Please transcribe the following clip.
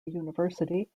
university